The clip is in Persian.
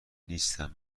نیستم